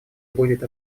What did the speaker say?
будет